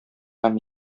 һәм